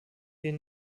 gehe